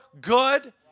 good